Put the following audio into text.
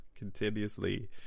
Continuously